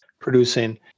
producing